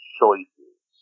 choices